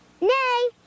nay